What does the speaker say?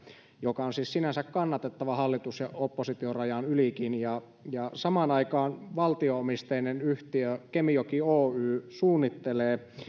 joka on siis sinänsä kannatettava hallitus ja oppositiorajan ylikin ja ja samaan aikaan valtio omisteinen yhtiö kemijoki oy suunnittelee